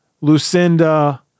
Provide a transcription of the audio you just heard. Lucinda